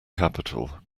capital